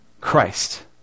Christ